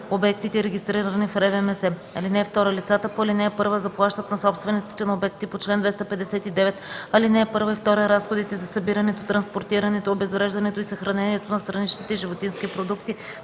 обектите, регистрирани в РВМС. (2) Лицата по ал. 1 заплащат на собствениците на обектите по чл. 259, ал. 1 и 2 разходите за събирането, транспортирането, обезвреждането и съхранението на страничните животински продукти